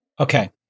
Okay